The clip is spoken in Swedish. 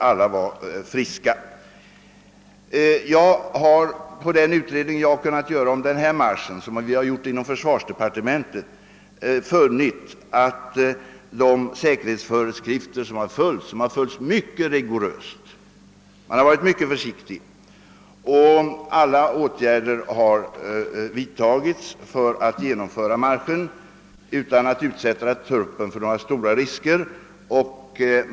Genom den utredning om denna marsch som vi har gjort inom försvarsdepartementet har jag funnit att säkerhetsföreskrifterna har följts mycket rigoröst. Man har varit mycket försiktig, och alla åtgärder har vidtagits för att genomföra marschen utan att utsätta truppen för några stora risker.